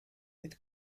mit